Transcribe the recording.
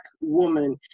woman